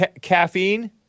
caffeine